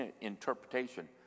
interpretation